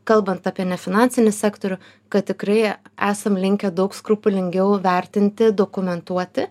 kalbant apie nefinansinį sektorių kad tikrai esam linkę daug skrupulingiau vertinti dokumentuoti